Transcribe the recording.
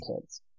kids